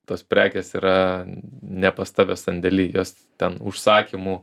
tos prekės yra ne pas tave sandėly jos ten užsakymų